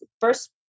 first